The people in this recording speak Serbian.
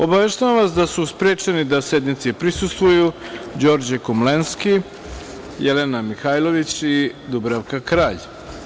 Obaveštavam vas da su sprečeni da sednici prisustvuju Đorđe Komlenski, Jelena Mihailović i Dubravka Kralj.